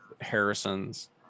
Harrison's